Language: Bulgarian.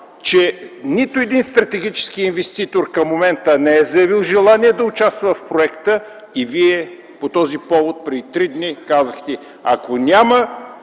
че нито един стратегически инвеститор към момента не е заявил желание да участва в проекта? Вие по този повод преди три дни казахте: „Ако няма